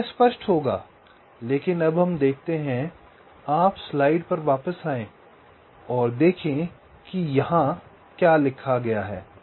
तो यह स्पष्ट होगा लेकिन अब हम देखते हैं आप स्लाइड पर वापस आए और देखें कि यहां क्या लिखा गया है